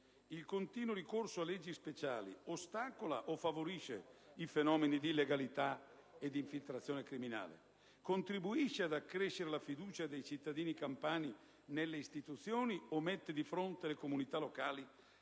il continuo ricorso a leggi speciali ostacola o favorisce fenomeni di illegalità ed infiltrazione criminale? Contribuisce ad accrescere la fiducia dei cittadini campani nelle istituzioni o mette di fronte le comunità locali